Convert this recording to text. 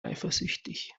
eifersüchtig